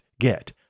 get